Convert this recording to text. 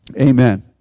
Amen